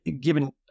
given